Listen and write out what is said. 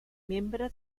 membre